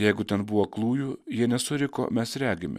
jeigu ten buvo aklųjų jie nesuriko mes regime